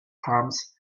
palms